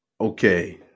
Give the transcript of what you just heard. Okay